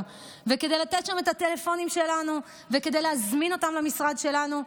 וכדי לתת שם את הטלפונים שלנו וכדי להזמין אותם למשרד שלנו,